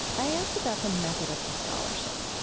i asked about the method of her scholarship,